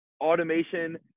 automation